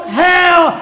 hell